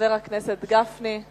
חבר הכנסת משה גפני.